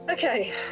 Okay